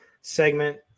segment